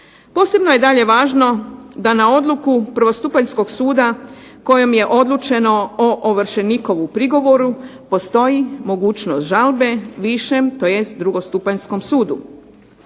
Posebno je dalje važno da na odluku prvostupanjskog suda kojom je odlučeno o ovršenikovu prigovoru postoji mogućnost žalbe višem, tj. drugostupanjskom sudu.